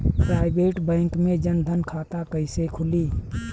Private bank मे जन धन खाता कैसे खुली?